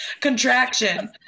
Contraction